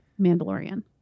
Mandalorian